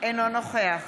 אינו נוכח